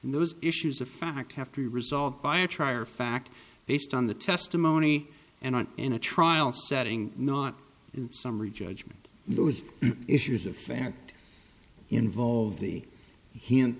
and those issues of fact have to be resolved by a trier of fact based on the testimony and not in a trial setting not in summary judgment those issues of fact involve the hint